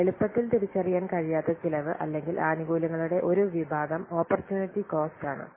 എളുപ്പത്തിൽ തിരിച്ചറിയാൻ കഴിയാത്ത ചിലവ് അല്ലെങ്കിൽ ആനുകൂല്യങ്ങളുടെ ഒരു വിഭാഗം ഓപ്പര്ച്ചുനിടി കോസ്റ്റ് ആണ്